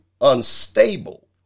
unstable